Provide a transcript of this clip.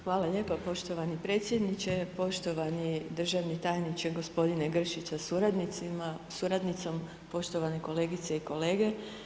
Hvala lijepo poštovani predsjedniče, poštovani državni tajniče g. Gršić sa suradnicom, poštovane kolegice i kolege.